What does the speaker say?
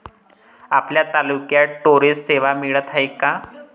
आपल्या तालुक्यात स्टोरेज सेवा मिळत हाये का?